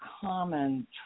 common